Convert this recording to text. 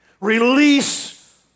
Release